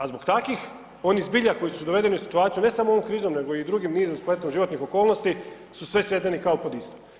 A zbog takvih oni zbilja koji su dovedi u situaciju ne samo ovom krizom nego i drugim nizom, spletom životnih okolnosti su sve svedeni kao pod isto.